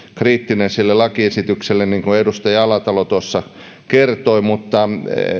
kriittinen sille lakiesitykselle niin kuin edustaja alatalo tuossa kertoi mutta